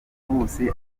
bose